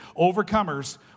Overcomers